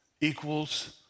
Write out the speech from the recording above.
equals